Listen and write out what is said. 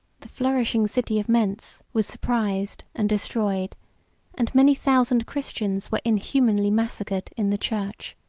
the flourishing city of mentz was surprised and destroyed and many thousand christians were inhumanly massacred in the church.